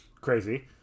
crazy